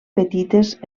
petites